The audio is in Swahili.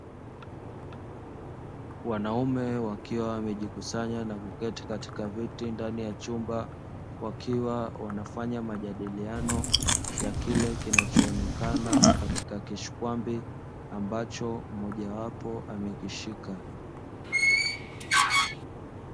Wanaume wakiwa wamejikusanya na kuketi katika viti ndani ya chumba, wakiwa wanafanya majadiliano ya kile kinachoonekana katika kishikwambi ambacho mmojawapo amekishika.